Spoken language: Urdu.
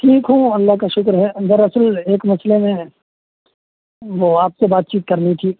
ٹھیک ہوں اور اللہ کا شکر ہے دراصل ایک مسئلے میں وہ آپ سے بات چیت کرنی تھی